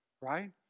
right